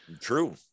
True